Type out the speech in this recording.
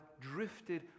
drifted